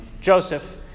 Joseph